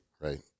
right